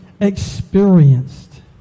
experienced